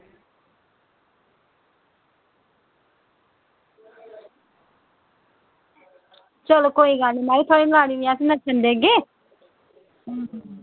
चलो कोई गल्ल निं महाराज थुआढ़ी लाड़ी निं अस नस्सन देगे